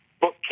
book